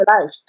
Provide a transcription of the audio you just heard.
life